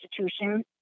institution